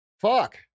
Fuck